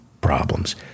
problems